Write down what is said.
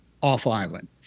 off-island